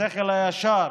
לשכל הישר